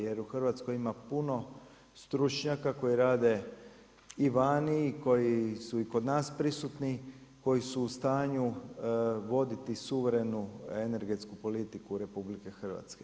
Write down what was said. Jer u Hrvatskoj ima puno stručnjaka koji rade i vani i koji su i kod nas prisutni, koji su u stanju voditi suverenu energetsku politiku RH.